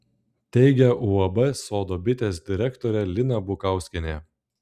teigia uab sodo bitės direktorė lina bukauskienė